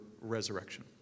resurrection